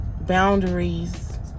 boundaries